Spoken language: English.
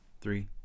Three